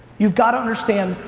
you've gotta understand,